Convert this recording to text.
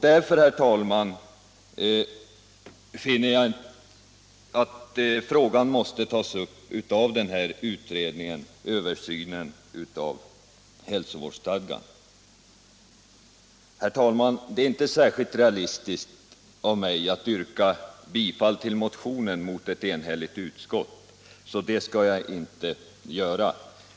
Därför, herr talman, finner jag att frågan måste tas upp av utredningen om översyn av hälsovårdsstadgan. Herr talman! Det vore inte särskilt realistiskt av mig att yrka bifall till motionen mot ett enhälligt utskott, så det skall jag inte göra.